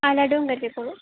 ആ ലഡുവും കരുതിക്കോളൂ